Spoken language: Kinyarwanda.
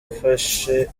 afashe